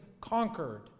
conquered